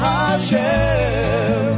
Hashem